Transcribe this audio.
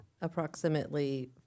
approximately